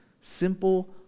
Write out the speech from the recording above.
simple